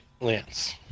lance